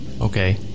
okay